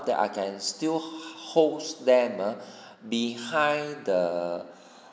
that I can still holds them ah behind the